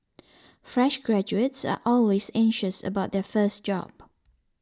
fresh graduates are always anxious about their first job